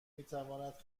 میتواند